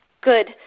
Good